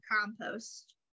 compost